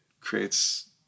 creates